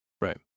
Right